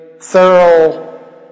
thorough